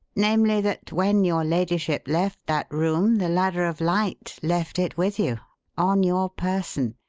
namely, that when your ladyship left that room the ladder of light left it with you on your person,